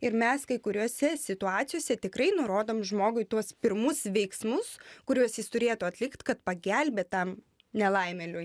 ir mes kai kuriose situacijose tikrai nurodom žmogui tuos pirmus veiksmus kuriuos jis turėtų atlikt kad pagelbėt tam nelaimėliui